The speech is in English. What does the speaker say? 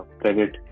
credit